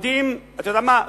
אתה יודע מה?